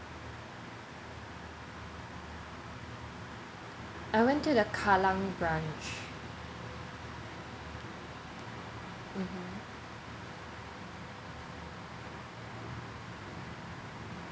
I went to the kallang branch mmhmm